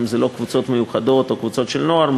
אם אלה לא קבוצות מיוחדות או קבוצות של נוער,